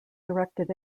directed